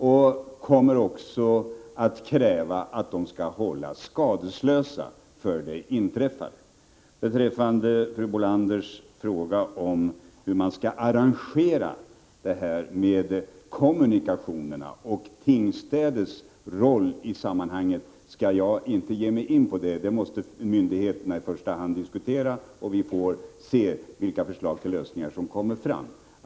Regeringen kommer också att kräva att de skall hållas skadeslösa för det inträffade. Fru Bolanders fråga hur detta med kommunikationerna skall arrangeras och Tingstädes roll i sammanhanget skall jag inte ge mig in på. Detta måste i första hand myndigheterna diskutera, och vi får se vilka förslag till lösningar som kommer fram.